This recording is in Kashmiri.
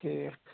ٹھیٖک